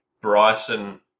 Bryson